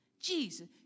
Jesus